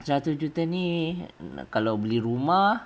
seratus juta ni kalau beli rumah